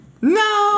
No